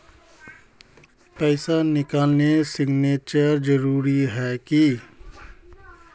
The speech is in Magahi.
पैसा निकालने सिग्नेचर जरुरी है की?